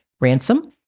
Ransom